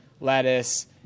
lettuce